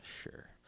Sure